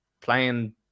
playing